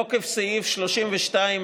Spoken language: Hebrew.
תוקן סעיף 32(1)